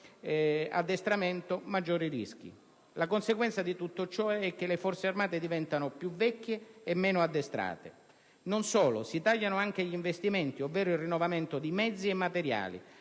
l'addestramento maggiori sono i rischi. La conseguenza di tutto ciò è che le Forze armate diventano più vecchie e meno addestrate. Non solo, ma si tagliano anche gli investimenti, ovvero il rinnovamento di mezzi e materiali,